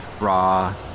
raw